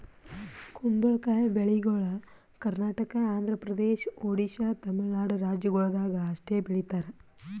ಕುಂಬಳಕಾಯಿ ಬೆಳಿಗೊಳ್ ಕರ್ನಾಟಕ, ಆಂಧ್ರ ಪ್ರದೇಶ, ಒಡಿಶಾ, ತಮಿಳುನಾಡು ರಾಜ್ಯಗೊಳ್ದಾಗ್ ಅಷ್ಟೆ ಬೆಳೀತಾರ್